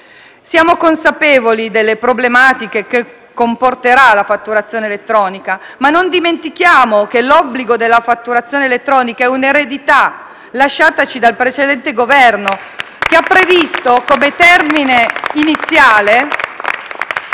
Siamo consapevoli delle problematiche che comporterà la fatturazione elettronica, ma non dimentichiamo che l'obbligo della fatturazione elettronica è un'eredità lasciataci dal precedente Governo. *(Applausi dal Gruppo M5S)*.